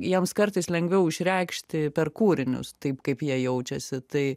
jiems kartais lengviau išreikšti per kūrinius taip kaip jie jaučiasi tai